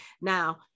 Now